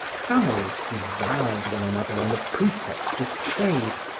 families devoured one another on the pretext of trade,